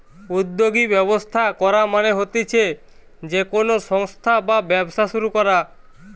উদ্যোগী ব্যবস্থা করা মানে হতিছে যে কোনো সংস্থা বা ব্যবসা শুরু করা